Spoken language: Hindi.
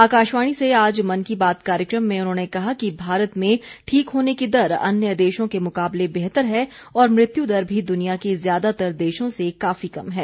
आकाशवाणी से आज मन की बात कार्यक्रम में उन्होंने कहा कि भारत में ठीक होने की दर अन्य देशों के मुकाबले बेहतर है और मृत्यु दर भी दुनिया के ज्यादातर देशों से काफी कम है